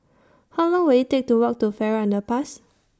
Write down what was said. How Long Will IT Take to Walk to Farrer Underpass